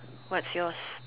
what's yours